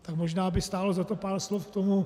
Tak možná by stálo za to pár slov k tomu.